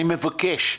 אני מבקש,